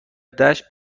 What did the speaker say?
دشت